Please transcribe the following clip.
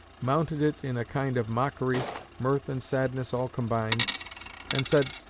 mounted it in a kind of mockery mirth and sadness all combined and said,